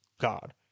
God